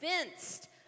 convinced